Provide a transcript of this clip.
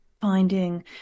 finding